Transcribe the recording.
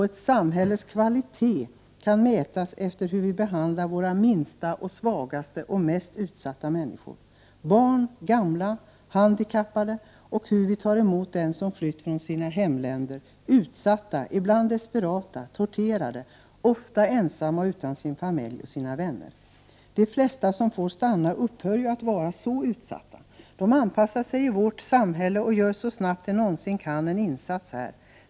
Ett samhälles kvalitet kan mätas efter hur vi behandlar våra minsta, svagaste och mest utsatta människor — dvs. barn, gamla och handikappade — och efter hur vi tar emot dem som flytt från sina hemländer som befinner sig i en utsatt situation och som ibland blir desperata. De kan vara torterade och de är ofta ensamma, utan sin familj och sina vänner. De flesta som får stanna upphör att vara så utsatta. De anpassar sig i vårt samhälle och gör så snabbt de någonsin kan en insats här.